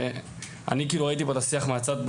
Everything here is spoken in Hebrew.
ראיתי את השיח מהצד,